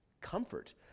Comfort